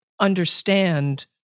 understand